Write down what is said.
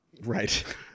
Right